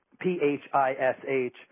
P-H-I-S-H